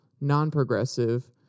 non-progressive